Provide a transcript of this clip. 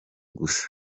gusa